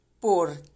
¿Por